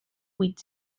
huit